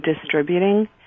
distributing